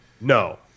No